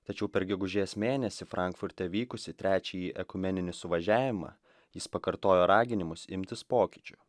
tačiau per gegužės mėnesį frankfurte vykusį trečiąjį ekumeninį suvažiavimą jis pakartojo raginimus imtis pokyčių